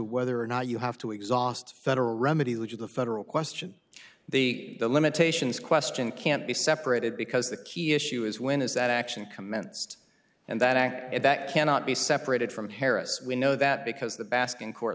whether or not you have to exhaust federal remedy which is a federal question the limitations question can't be separated because the key issue is when is that action commenced and that act it back cannot be separated from harris we know that because the baskin court